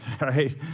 Right